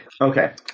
Okay